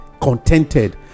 contented